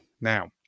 Now